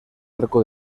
arco